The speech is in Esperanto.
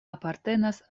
apartenas